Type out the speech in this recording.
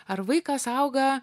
ar vaikas auga